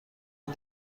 این